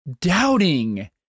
doubting